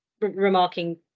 remarking